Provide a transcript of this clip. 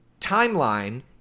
timeline